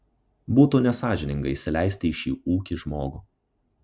būtų nesąžininga įsileisti į šį ūkį žmogų